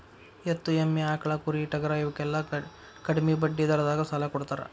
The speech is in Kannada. ಎತ್ತು, ಎಮ್ಮಿ, ಆಕ್ಳಾ, ಕುರಿ, ಟಗರಾ ಇವಕ್ಕೆಲ್ಲಾ ಕಡ್ಮಿ ಬಡ್ಡಿ ದರದಾಗ ಸಾಲಾ ಕೊಡತಾರ